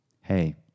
Hey